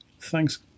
Thanks